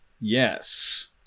Yes